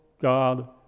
God